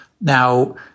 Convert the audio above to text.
Now